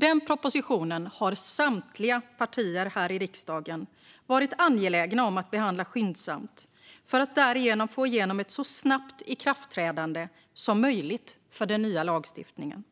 Den propositionen har samtliga partier här i riksdagen varit angelägna om att behandla skyndsamt för att därigenom få igenom ett så snabbt ikraftträdande som möjligt av den nya lagstiftningen.